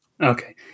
Okay